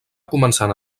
començant